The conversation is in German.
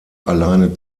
alleine